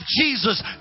Jesus